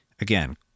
again